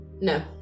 No